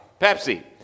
pepsi